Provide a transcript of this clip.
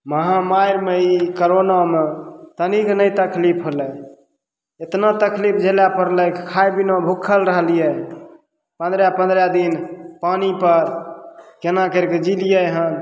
महामारिमे ई करोनामे तनीक नहि तकलीफ होलय इतना तकलीफ झेलय पड़लय खाइ बिना भुखल रहलियै पन्द्रह पन्द्रह दिन पानिपर केना करिके जीलियै हन